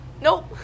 Nope